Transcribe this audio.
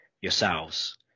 yourselves